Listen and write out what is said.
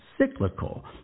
cyclical